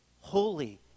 holy